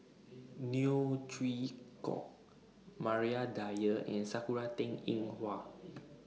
Neo Chwee Kok Maria Dyer and Sakura Teng Ying Hua